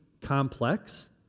complex